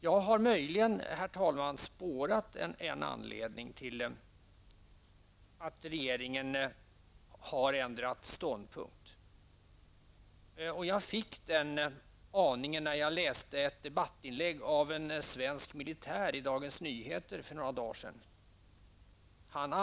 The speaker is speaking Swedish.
Jag har möjligen, herr talman, spårat en anledning till att regeringen har ändrat ståndpunkt. Jag fick den aningen när jag läste ett debattinlägg av en svensk militär i Dagens Nyheter för några dagar sedan.